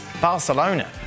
Barcelona